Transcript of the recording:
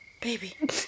baby